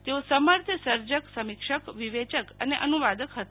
તેઓ સમર્થ સરજક સમીક્ષક વિવેચક અને અનુવાદક હતા